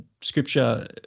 Scripture